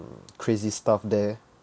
crazy stuff there